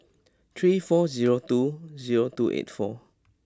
three four zero two zero two eight four